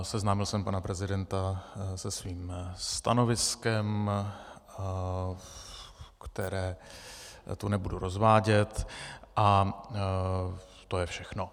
Seznámil jsem pana prezidenta se svým stanoviskem, které tu nebudu rozvádět, a to je všechno.